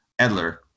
Edler